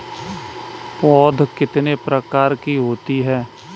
पौध कितने प्रकार की होती हैं?